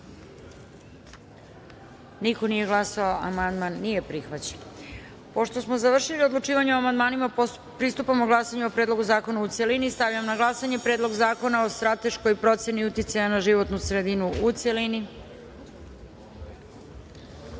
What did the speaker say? niko nije glasao. Konstatujem da amandman nije prihvaćen. Pošto smo završili odlučivanje o amandmanima, pristupamo glasanju o Predlogu zakona u celini. Stavljam na glasanje Predlog zakona o strateškoj proceni uticaja na životnu sredinu, u